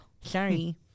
Sorry